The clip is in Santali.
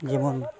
ᱡᱮᱢᱚᱱ